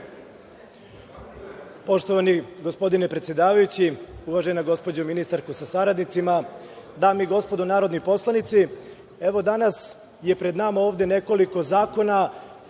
Poštovani gospodine predsedavajući, uvažena gospođo ministarko sa saradnicima, dame i gospodo narodni poslanici, evo, danas je pred nama ovde nekoliko zakona,